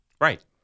Right